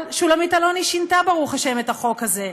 אבל שולמית אלוני שינתה, ברוך השם, את החוק הזה.